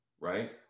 right